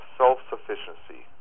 self-sufficiency